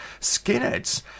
skinheads